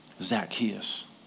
Zacchaeus